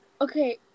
okay